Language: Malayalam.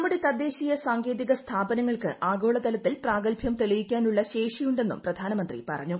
നമ്മുടെ തദ്ദേശീയ സാങ്കേതിക സ്ഥാപനങ്ങൾക്ക് ആഗോളതലത്തിൽ പ്രാഗത്ഭ്യം തെളിയിക്കാനുള്ള ശേഷിയുണ്ടെന്നും പ്രധാനമന്ത്രി പറഞ്ഞു